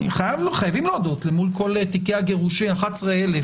חייבים להודות, למול כל תיקים הגירושין, 11,000